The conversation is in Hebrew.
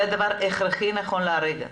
זה דבר הכרחי ונכון לעשות כרגע.